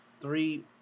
three